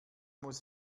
muss